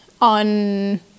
on